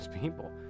people